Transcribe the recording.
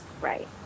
Right